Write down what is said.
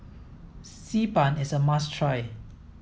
Xi Ban is a must try